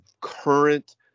current